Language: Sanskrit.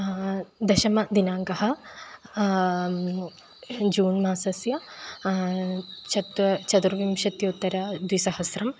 दशमदिनाङ्कः जून् मासस्य चत्वारि चतुर्विंशत्युत्तर द्विसहस्रम्